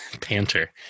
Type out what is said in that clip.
Panther